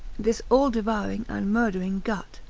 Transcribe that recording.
this all-devouring and murdering gut.